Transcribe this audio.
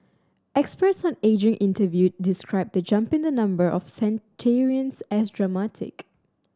experts on ageing interviewed described the jump in the number of centenarians as dramatic